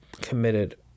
committed